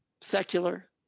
secular